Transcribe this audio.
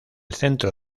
centro